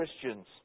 Christians